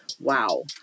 Wow